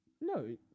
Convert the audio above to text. No